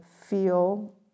feel